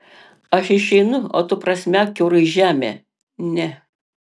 aš išeinu o tu prasmek kiaurai žemę ne